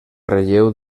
relleu